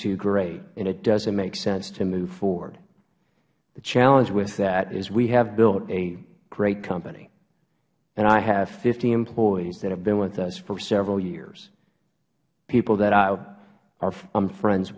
too great and it doesnt make sense to move forward the challenge with that is we built a great company and i have fifty employees who have been with us for several years people that i am friends